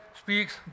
speaks